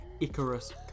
icarus